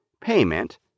payment